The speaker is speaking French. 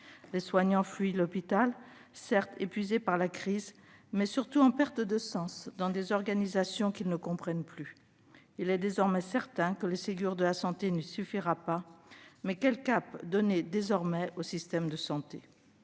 Les soignants fuient l'hôpital, certes épuisés par la crise, mais surtout en perte de sens dans des organisations qu'ils ne comprennent plus. Il est désormais certain que le Ségur de la santé n'y suffira pas, mais quel cap donner à présent au système de santé ?